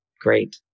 great